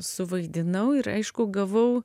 suvaidinau ir aišku gavau